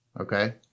okay